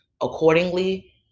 accordingly